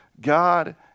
God